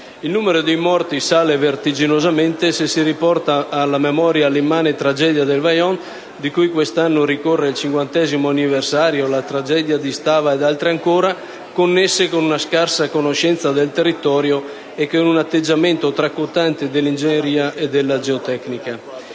Il numero dei morti sale vertiginosamente se si riporta alla memoria l'immane tragedia del Vajont (di cui quest'anno ricorre il 50° anniversario), la tragedia di Stava ed altre ancora connesse con una scarsa conoscenza del territorio e con un atteggiamento tracotante dell'ingegneria e della geotecnica.